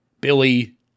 Billy